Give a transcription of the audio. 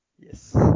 Yes